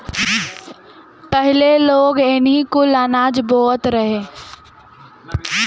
पहिले लोग इहे कुल अनाज बोअत रहे